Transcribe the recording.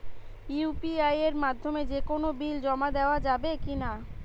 UPI এর মাধ্যমে যে কোনো বিল জমা দেওয়া যাবে কি না?